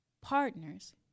partners